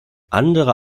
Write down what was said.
andere